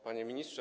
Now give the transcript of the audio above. Panie Ministrze!